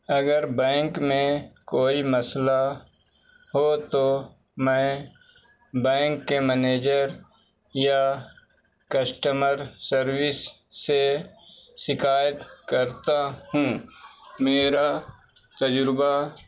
اگر بینک میں کوئی مسئلہ ہو تو میں بینک کے منیجر یا کسٹمر سروس سے شکایت کرتا ہوں میرا تجربہ